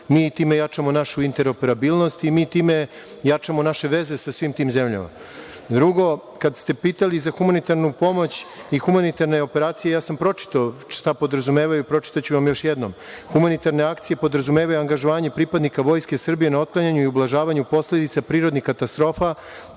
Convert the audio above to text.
mi time jačamo našu interoperabilnost i mi time jačamo naše veze sa svim tim zemljama. Drugo, kada ste pitali za humanitarnu pomoć i humanitarne operacije, ja sam pročitao šta podrazumevaju, pročitaću vam još jednom – humanitarne akcije podrazumevaju angažovanje pripadnika Vojske Srbije na otklanjanju i na ublažavanju posledica prirodnih katastrofa,